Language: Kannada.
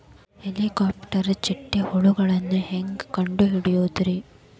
ಹೇಳಿಕೋವಪ್ರ ಚಿಟ್ಟೆ ಹುಳುಗಳನ್ನು ಹೆಂಗ್ ಕಂಡು ಹಿಡಿಯುದುರಿ?